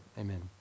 Amen